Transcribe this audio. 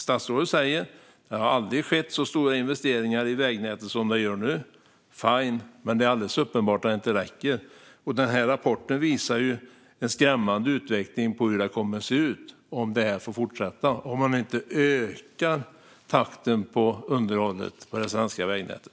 Statsrådet säger att det aldrig har gjorts så stora investeringar i vägnätet som nu. Fine, men det är alldeles uppenbart att det inte räcker. Rapporten visar ju på en skrämmande utveckling om man inte ökar takten på underhållet av det svenska vägnätet.